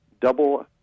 double